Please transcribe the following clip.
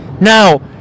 Now